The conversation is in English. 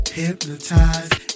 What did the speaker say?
hypnotized